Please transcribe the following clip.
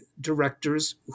directors